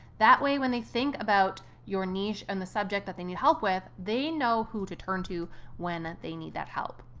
that way, when they think about your niche and the subject that they need help with, they know who to turn to when they need that help.